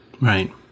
Right